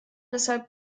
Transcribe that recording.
deshalb